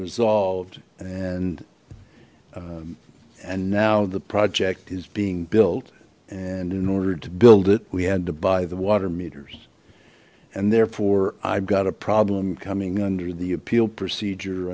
resolved and and now the project is being built and in order to build it we had to buy the water meters and therefore i've got a problem coming under the appeal procedure